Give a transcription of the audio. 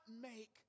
make